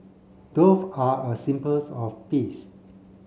dove are a symbols of peace